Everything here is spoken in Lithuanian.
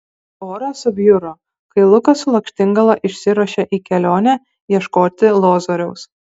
oras subjuro kai lukas su lakštingala išsiruošė į kelionę ieškoti lozoriaus